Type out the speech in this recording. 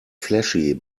flashy